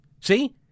See